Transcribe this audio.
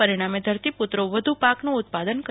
પરિણામે ધરતીપુત્રો વધુ પાકનું ઉત્પાદન કરી શકશે